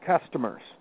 customers